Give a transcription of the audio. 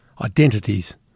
identities